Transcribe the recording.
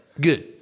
Good